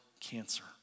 cancer